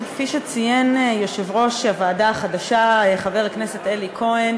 כפי שציין יושב-ראש הוועדה החדש חבר הכנסת אלי כהן,